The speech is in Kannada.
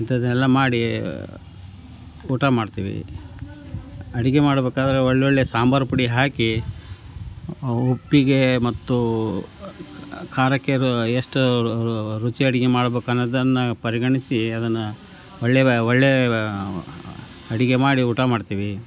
ಇಂಥದ್ದನ್ನೆಲ್ಲ ಮಾಡಿ ಊಟ ಮಾಡ್ತೀವಿ ಅಡುಗೆ ಮಾಡ್ಬೇಕಾದ್ರೆ ಒಳೊಳ್ಳೆಯ ಸಾಂಬಾರು ಪುಡಿ ಹಾಕಿ ಉಪ್ಪಿಗೆ ಮತ್ತು ಖಾರಕ್ಕೆ ಅದು ಎಷ್ಟು ರುಚಿ ಅಡುಗೆ ಮಾಡ್ಬೇಕನ್ನೋದನ್ನ ಪರಿಗಣಿಸಿ ಅದನ್ನು ಒಳ್ಳೆಯ ಒಳ್ಳೆಯ ಅಡುಗೆ ಮಾಡಿ ಊಟ ಮಾಡ್ತೀವಿ